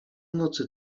nocy